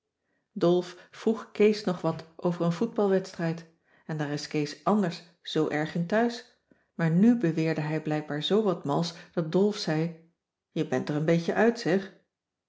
dolf vroeg kees nog wat over een voetbalwedstrijd en daar is kees anders zoo erg in thuis maar nu beweerde hij blijkbaar zoo wat mals dat dolf zei je bent er een beetje uit zeg